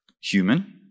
human